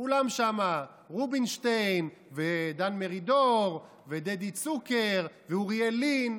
כולם שם: רובינשטיין ודן מרידור ודדי צוקר ואוריאל לין,